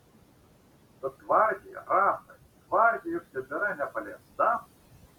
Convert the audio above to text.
bet gvardija rapai gvardija juk tebėra nepaliesta